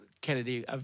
Kennedy